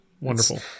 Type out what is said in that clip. Wonderful